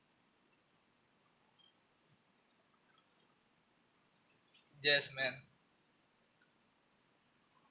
yes man